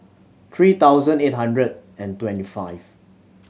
three thousand eight hundred and twenty five